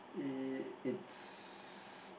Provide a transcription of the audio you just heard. i~ it's